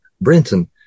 Brenton